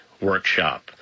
workshop